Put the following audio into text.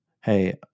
hey